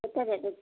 କେତେ ରେଟ୍ ଅଛି